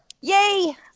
Yay